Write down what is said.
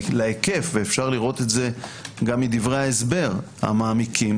להיקף ואפשר לראות את זה גם מדברי ההסבר המעמיקים